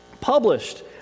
published